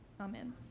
amen